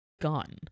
gun